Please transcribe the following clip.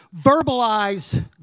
verbalize